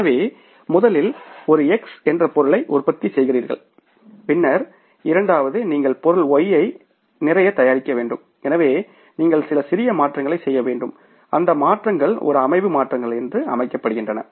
எனவே முதலில் ஒரு X என்ற ஒரு பொருளை உற்பத்தி செய்கிறீர்கள் பின்னர் இரண்டாவது நீங்கள் பொருள் Y யை நிறைய தயாரிக்க வேண்டும் எனவே நீங்கள் சில சிறிய மாற்றங்களைச் செய்ய வேண்டும் அந்த மாற்றங்கள் ஒரு அமைவு மாற்றங்கள் என்று அழைக்கப்படுகின்றன